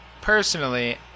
personally